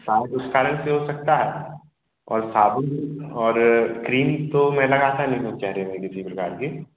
शायद उस कारण से हो सकता है और साबुन और क्रीम तो मैं लगाता नहीं हूँ चेहरे पर किसी प्रकार के